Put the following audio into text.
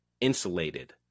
insulated